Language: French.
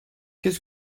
qu’est